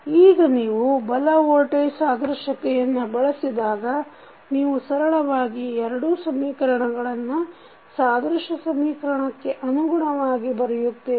ಈಗ ನೀವು ಬಲ ವೋಲ್ಟೇಜ್ ಸಾದೃಶ್ಯತೆಯನ್ನು ಬಳಸಿದಾಗ ನೀವು ಸರಳವಾಗಿ ಈ ಎರಡು ಸಮೀಕರಣಗಳನ್ನು ಸಾದೃಶ್ಯ ಸಮೀಕರಣಕ್ಕೆ ಅನುಗುಣವಾಗಿ ಬರೆಯುತ್ತೇವೆ